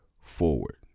forward